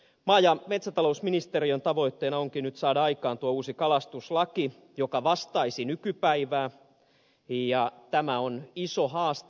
maa ja metsätalousministeriön tavoitteena onkin nyt saada aikaan uusi kalastuslaki joka vastaisi nykypäivää ja tämä on iso haaste